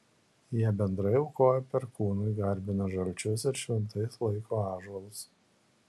jie bendrai aukoja perkūnui garbina žalčius ir šventais laiko ąžuolus